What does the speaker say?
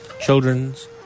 children's